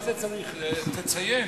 מה זה "צריך" תציין.